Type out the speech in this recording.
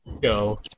Go